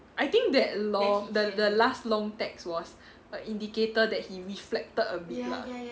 I think that long the the last long text was a indicator that he reflected a bit lah